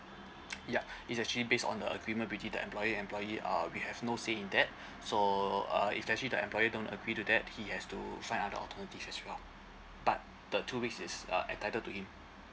ya it's actually based on the agreement between the employer and employee uh we have no say in that so uh it's actually the employer don't agree to that he has to find other alternative as well but the two weeks is uh entitled to him